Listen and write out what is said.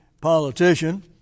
politician